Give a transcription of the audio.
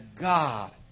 God